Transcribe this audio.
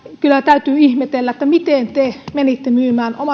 kyllä täytyy ihmetellä miten te menitte myymään omat